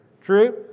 True